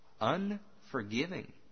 unforgiving